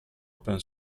open